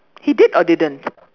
he did or didn't